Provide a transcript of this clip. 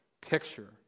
picture